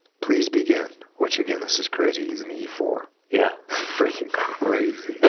please begin which again this is crazy he's an e four yeah freaking crazy